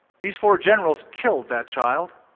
these four generals killed that child.